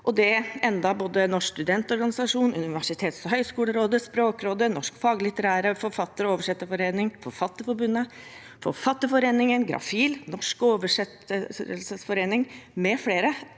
– enda både Norsk studentorganisasjon, Universitets- og høgskolerådet, Språkrådet, Norsk faglitterær forfatter- og oversetterforening, Forfatterforbundet, Forfatterforeningen, Grafill, Norsk Oversetterforening mfl.